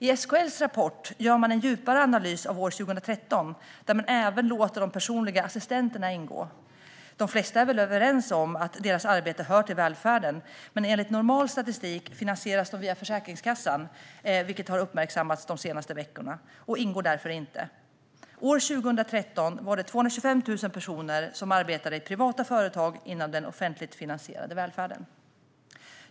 I SKL:s rapport gör man en djupare analys av år 2013, där man även låter de personliga assistenterna ingå. De flesta är väl överens om att deras arbete hör till välfärden, men enligt normal statistik finansieras de via Försäkringskassan, vilket har uppmärksammats de senaste veckorna. De ingår därför inte. År 2013 arbetade 225 000 personer i privata företag inom den offentligt finansierade välfärden.